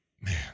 man